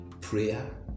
Prayer